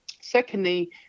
Secondly